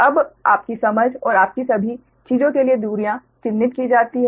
अब आपकी समझ और आपकी सभी चीज़ों के लिए दूरियां चिह्नित की जाती हैं